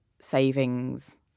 savings